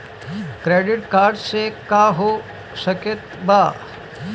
Credit card से का हो सकइत बा?